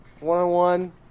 One-on-one